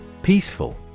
Peaceful